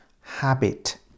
Habit